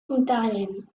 ontarienne